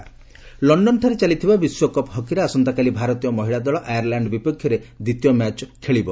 world cup ଲଣ୍ଡନଠାରେ ଚାଲିଥିବା ବିଶ୍ୱକପ୍ ହକିରେ ଆସନ୍ତାକାଲି ଭାରତୀୟ ମହିଳା ଦଳ ଆୟାର୍ଲ୍ୟାଣ୍ଡ ବିପକ୍ଷରେ ଦ୍ୱିତୀୟ ମ୍ୟାଚ୍ ଖେଳିବ